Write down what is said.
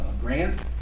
grant